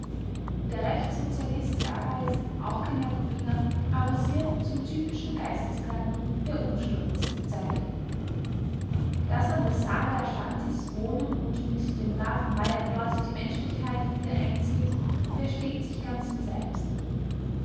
der rechtssozialist gareis auch kein jakobiner avanciert zum typischen geisteskranken der umsturzzeit daß an der saale aschantis wohnen und mit den braven bayern dort die menschlichkeit wieder einzieht versteht sich ganz von selbst